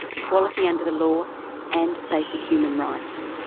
equality under the law and basic human rights.